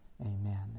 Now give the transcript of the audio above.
Amen